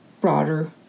broader